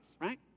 right